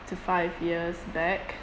to five years back